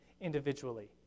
individually